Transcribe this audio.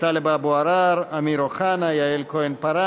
טלב אבו עראר, אמיר אוחנה, יעל כהן-פארן,